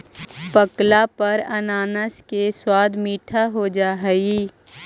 पकला पर अनानास के स्वाद मीठा हो जा हई